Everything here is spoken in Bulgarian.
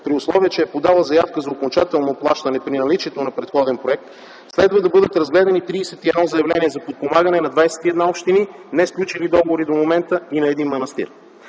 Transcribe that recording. при условие че е подала заявка за окончателно плащане при наличието на предходен проект, следва да бъдат разгледани 31 заявления за подпомагане на 21 общини, несключили договори до момента, и на един манастир.